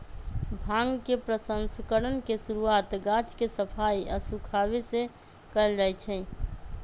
भांग के प्रसंस्करण के शुरुआत गाछ के सफाई आऽ सुखाबे से कयल जाइ छइ